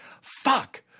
fuck